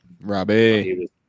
Robbie